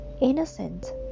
innocent